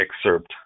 excerpt